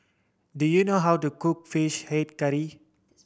do you know how to cook Fish Head Curry